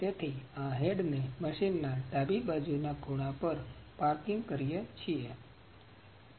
તેથી આ હેડ ને મશીન ના ડાબી બાજુના ડાબા ખૂણા પર પાર્કિંગ કરીએ છીએ